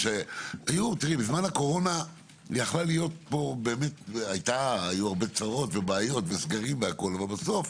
בזמן הקורונה היו הרבה צרות ובעיות וסגרים אבל בסוף,